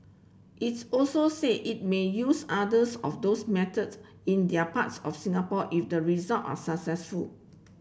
its also say it may use either's of those methods in their parts of Singapore if result are successful